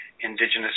indigenous